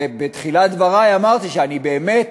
בתחילת דברי אמרתי שאני באמת